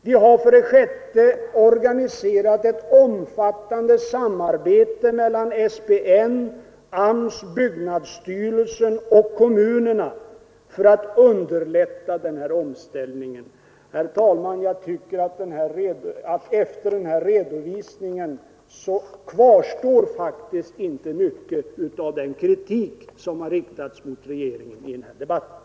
Vi har för det sjätte organiserat ett omfattande samarbete mellan SPN, AMS, byggnadsstyrelsen och kommunerna för att underlätta den här omställningen. Herr talman! Jag tycker att efter den här redovisningen kvarstår faktiskt inte mycket av den kritik som har riktats mot regeringen i den här debatten.